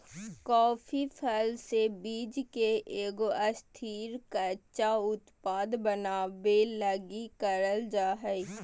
coffee फल से बीज के एगो स्थिर, कच्चा उत्पाद बनाबे लगी करल जा हइ